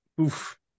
oof